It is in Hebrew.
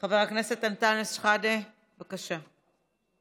חבר הכנסת אנטאנס שחאדה, בבקשה.